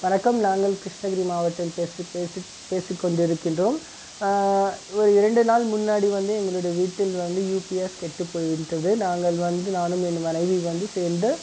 வணக்கம் நாங்கள் கிருஷ்ணகிரி மாவட்டத்தில் பேசி பேசி பேசிக்கொண்டிருக்கின்றோம் ஒரு இரண்டு நாள் முன்னாடி வந்து எங்களுடைய வீட்டில் வந்து யூபிஎஸ் கெட்டுப்போய்விட்டது நாங்கள் வந்து நானும் என் மனைவி வந்து சேர்ந்து